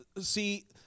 see